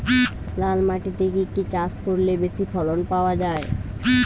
লাল মাটিতে কি কি চাষ করলে বেশি ফলন পাওয়া যায়?